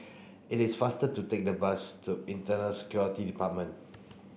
it is faster to take the bus to Internal Security Department